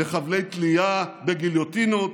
לחבלי תלייה וגליוטינות,